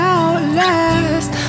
outlast